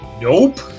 Nope